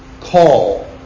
call